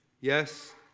Yes